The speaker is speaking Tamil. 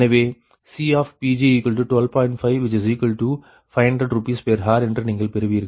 5500 Rshr என்று நீங்கள் பெறுவீர்கள்